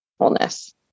wholeness